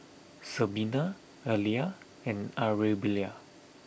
Sabina Alia and Arabella